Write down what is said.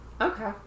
Okay